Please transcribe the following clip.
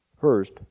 First